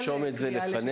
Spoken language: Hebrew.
אנחנו נרשום את זה לפנינו.